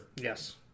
Yes